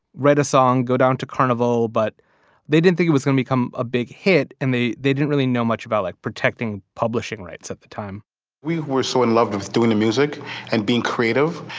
write a song, go down to carnival. but they didn't think it was going to become a big hit and they they didn't really know much about like protecting publishing rights at the time we were so in love with doing the music and being creative,